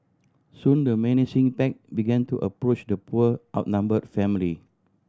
soon the menacing pack began to approach the poor outnumbered family